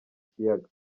kiyaga